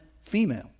female